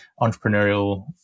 entrepreneurial